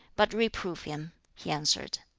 but reprove him, he answered.